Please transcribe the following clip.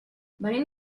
venim